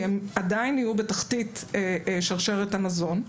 כי הן עדיין יהיו בתחתית שרשרת המזון,